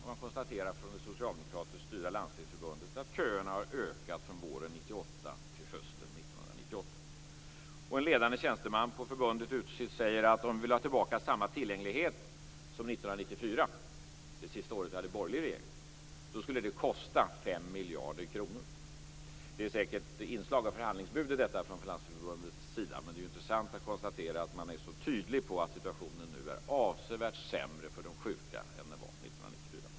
Man konstaterar från det socialdemokratiskt styrda Landstingsförbundet att köerna har ökat från våren 1998 till hösten 1998. En ledande tjänsteman på förbundet säger att de vill ha tillbaka samma tillgänglighet som 1994, det sista år då vi hade borgerlig regering. Då skulle det kosta fem miljarder kronor. Det är säkert inslag av förhandlingsbud i detta från Landstingsförbundets sida, men det är intressant att konstatera att man är så tydlig om att situationen nu är avsevärt sämre för de sjuka än den var 1994.